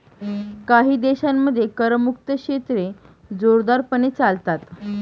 काही देशांमध्ये करमुक्त क्षेत्रे जोरदारपणे चालतात